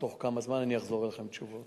ובתוך כמה זמן אני אחזור אליך עם תשובות.